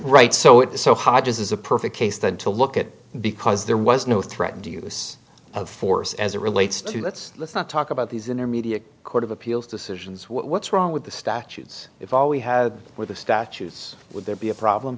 rights so it is so hard just as a perfect case then to look at because there was no threat do you use of force as it relates to let's let's not talk about these intermediate court of appeals decisions what's wrong with the statutes if all we had were the statutes would there be a problem